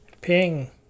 Ping